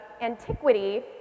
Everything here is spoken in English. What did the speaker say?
antiquity